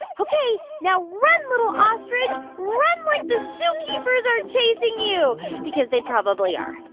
ok. now run, little ostrich. run like the zookeepers are chasing you because they probably are